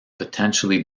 potentially